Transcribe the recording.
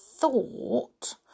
thought